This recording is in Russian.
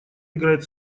играет